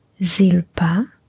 Zilpa